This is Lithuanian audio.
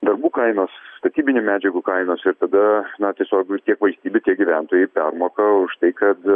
darbų kainos statybinių medžiagų kainos ir tada na tiesiog vis tiek valstybė tiek gyventojai permoka už tai kad